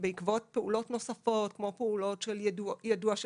בעקבות פעולות נוספות כמו פעולות יידוע של